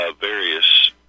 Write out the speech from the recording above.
various